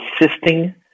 assisting